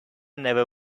never